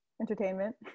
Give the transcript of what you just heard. Entertainment